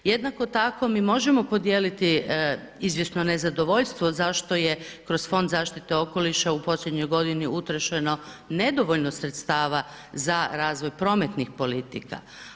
Jednako tako mi možemo podijeliti izvjesno nezadovoljstvo zašto je kroz Fond zaštite okoliša u posljednjoj godini utrošeno nedovoljno sredstava za razvoj prometnih politika.